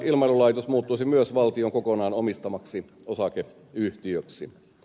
ilmailulaitos muuttuisi myös valtion kokonaan omistamaksi osakeyhtiöksi